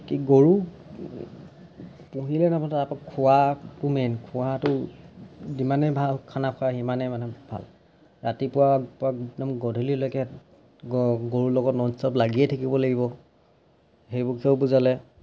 গৰু পুহিলে তাৰপা খোৱাটো মেইন খোৱাটো যিমানেই ভাল খানা খোৱায় সিমানেই মানে ভাল ৰাতিপুৱা পৰা একদম গধূলিলৈকে গৰু লগত নন ষ্টপ লাগিয়ে থাকিব লাগিব সেই বিষয়েও বুজালে